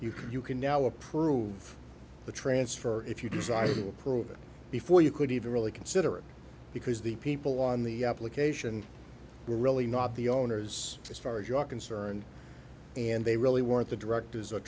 can you can now approve the transfer if you desire to approve it before you could even really consider it because the people on the application were really not the owners as far as you are concerned and they really weren't the directors o